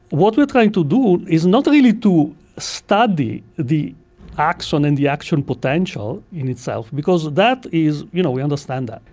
what we are trying to do is not really to study the axon and the action potential in itself because that is, you know, we understand that.